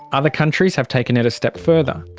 other countries have taken it a step further.